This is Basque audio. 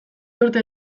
urte